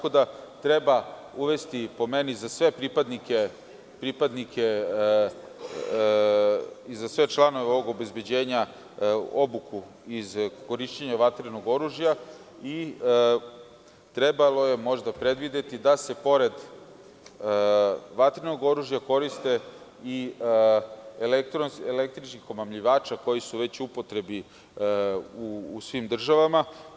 Po meni, treba uvesti za sve pripadnike i za sve članove ovog obezbeđenja obuku iz korišćenja vatrenog oružja i trebalo je možda predvideti da se pored vatrenog oružja koriste i električni omamljivači koji su već u upotrebi u svim državama.